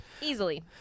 Easily